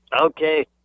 Okay